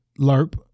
lerp